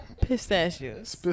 Pistachios